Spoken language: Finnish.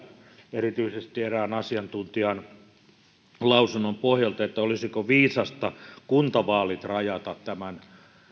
erityisesti erään asiantuntijan lausunnon pohjalta myös siitä olisiko viisasta kuntavaalit rajata tämän